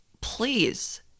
please